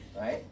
right